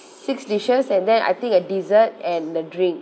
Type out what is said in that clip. six dishes and then I think a dessert and the drink